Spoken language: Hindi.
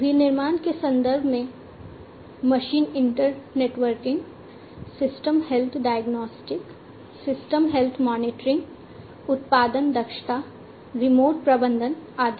विनिर्माण के संदर्भ में machine internetworking system health diagnostics system health monitoring उत्पादन दक्षता रिमोट प्रबंधन आदि